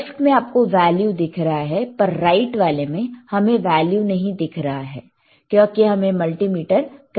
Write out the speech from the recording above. left में आपको value दिख रहा है पर राइट वाले में हमें वैल्यू नहीं दिख रहा क्योंकि हमें मल्टीमीटर कनेक्ट करना है